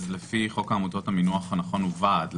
לפי חוק העמותות המינוח הנכון הוא ועד.